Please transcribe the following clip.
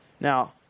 Now